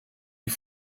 die